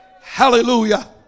hallelujah